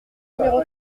numéro